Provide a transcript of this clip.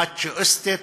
המצ'ואיסטית,